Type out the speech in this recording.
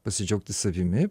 pasidžiaugti savimi